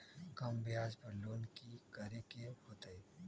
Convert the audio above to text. कम ब्याज पर लोन की करे के होतई?